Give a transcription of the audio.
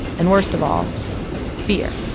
and worst of all fear